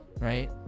right